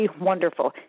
wonderful